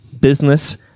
business